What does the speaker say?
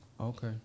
Okay